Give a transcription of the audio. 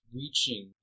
reaching